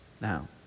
now